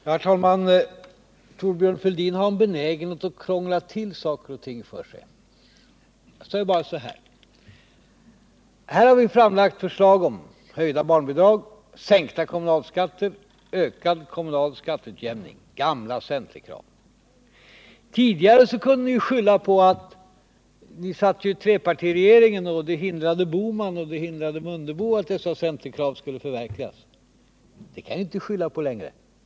Herr talman! Thorbjörn Fälldin har en benägenhet att krångla till saker och ting för sig. Jag säger bara: Här har vi framlagt förslag om höjda barnbidrag, sänkta kommunalskatter, ökad kommunal skatteutjämning — gamla centerkrav. Tidigare kunde ni skylla på att ni satt i trepartiregeringen och att Bohman och Mundebo hindrade att dessa centerkrav kunde förverkligas. Det kan ni inte skylla på längre.